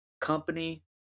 company